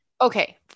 okay